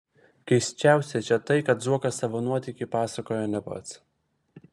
keisčiausia čia tai kad zuokas savo nuotykį pasakoja ne pats